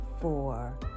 four